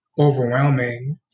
overwhelming